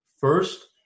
first